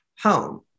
home